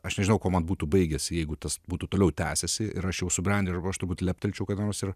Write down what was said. aš nežinau ko man būtų baigęsi jeigu tas būtų toliau tęsiasi ir aš jau subrendęs ir aš turbūt leptelčiau ką nors ir